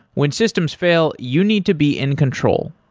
when systems fail, you need to be in control.